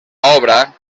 obra